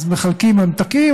אז מחלקים ממתקים,